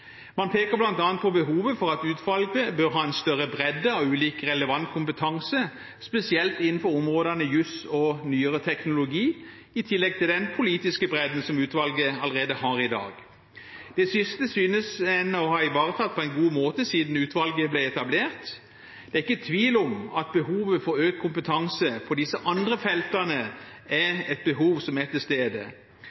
Man peker bl.a. på behovet for at utvalget bør ha en større bredde av ulik relevant kompetanse, spesielt innenfor områdene jus og nyere teknologi, i tillegg til den politiske bredden som utvalget allerede har i dag. Det siste synes en å ha ivaretatt på en god måte siden utvalget ble etablert. Det er ikke tvil om at behovet for økt kompetanse på disse andre feltene er